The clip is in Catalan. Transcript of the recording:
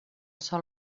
sol